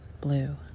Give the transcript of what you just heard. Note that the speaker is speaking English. blue